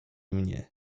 mnie